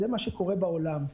זה מה שקורה בעולם.